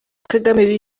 kagame